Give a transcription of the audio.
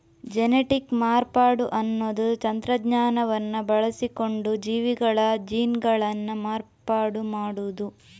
genetic ಮಾರ್ಪಾಡು ಅನ್ನುದು ತಂತ್ರಜ್ಞಾನವನ್ನ ಬಳಸಿಕೊಂಡು ಜೀವಿಗಳ ಜೀನ್ಗಳನ್ನ ಮಾರ್ಪಾಡು ಮಾಡುದು